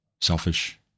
selfish